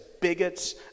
bigots